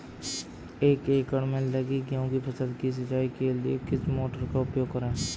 एक एकड़ में लगी गेहूँ की फसल की सिंचाई के लिए किस मोटर का उपयोग करें?